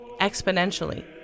exponentially